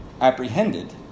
apprehended